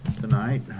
tonight